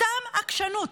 סתם עקשנות.